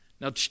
Now